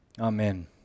Amen